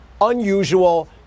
unusual